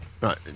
Right